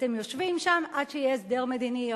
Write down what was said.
אתם יושבים שם עד שיהיה הסדר מדיני,